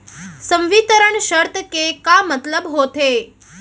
संवितरण शर्त के का मतलब होथे?